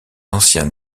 anciens